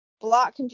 block